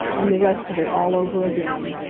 and the rest of it all over again.